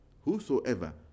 whosoever